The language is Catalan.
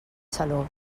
saló